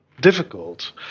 difficult